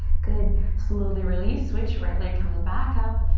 good, slowly release. switch, right leg comes back up.